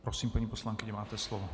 Prosím, paní poslankyně, máte slovo.